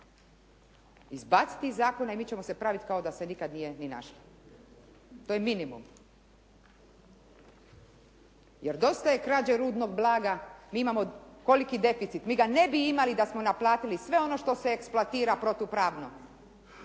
izbaciti iz zakona i mi ćemo se praviti kao da se nikada nije ni našla. To je minimum. Jer dosta je krađe rudnog blaga, mi imamo koliki deficit, mi ga ne bi imali da smo naplatili sve ono što se eksploatira protupravno